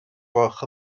gwelwch